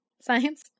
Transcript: science